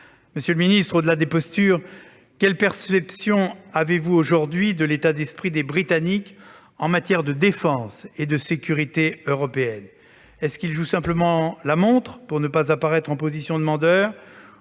Monsieur le secrétaire d'État, au-delà des postures, quelle perception avez-vous aujourd'hui de l'état d'esprit des Britanniques, en matière de défense et de sécurité européenne ? Jouent-ils simplement la montre, pour ne pas paraître en position de demandeurs ?